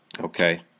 Okay